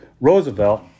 Roosevelt